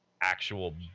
actual